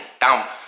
down